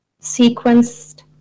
sequenced